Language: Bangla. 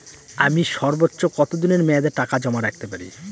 আমি সর্বোচ্চ কতদিনের মেয়াদে টাকা জমা রাখতে পারি?